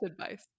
advice